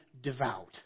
devout